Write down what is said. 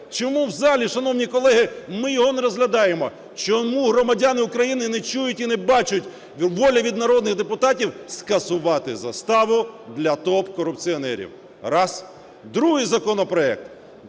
Чому в залі, шановні колеги, ми його не розглядаємо? Чому громадяни України не чують і не бачать волі від народних депутатів скасувати заставу для топ-корупціонерів? Раз. Другий законопроект.